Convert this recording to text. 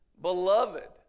Beloved